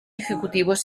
ejecutivos